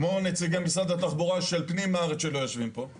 כמו נציגי משרד התחבורה של פנים הארץ שלא יושבים פה;